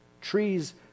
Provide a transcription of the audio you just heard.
Trees